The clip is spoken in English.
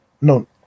no